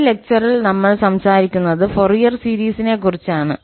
ഈ ലെക്ചറിൽ നമ്മൾ സംസാരിക്കുന്നത് ഫോറിയർ സീരീസ്നെക്കുറിച്ചാണ്